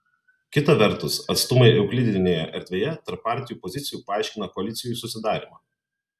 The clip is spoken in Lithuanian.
kita vertus atstumai euklidinėje erdvėje tarp partijų pozicijų paaiškina koalicijų susidarymą